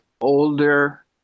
older